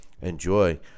Enjoy